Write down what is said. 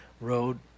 road